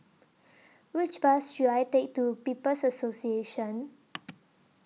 Which Bus should I Take to People's Association